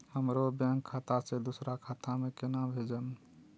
हमरो बैंक खाता से दुसरा खाता में केना भेजम?